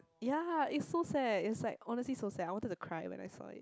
ya it's so sad it's like honestly so sad I wanted to cry when I saw it